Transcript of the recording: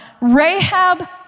Rahab